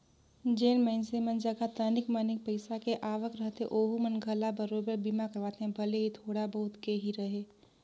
जेन मइनसे मन जघा तनिक मनिक पईसा के आवक रहथे ओहू मन घला बराबेर बीमा करवाथे भले ही थोड़ा बहुत के ही रहें